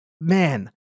Man